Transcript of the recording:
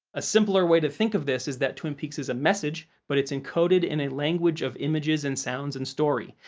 a simpler way to think of this is that twin peaks is a message, but it's encoded in a language of images and sounds and story,